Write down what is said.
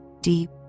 deep